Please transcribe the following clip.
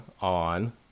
on